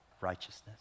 righteousness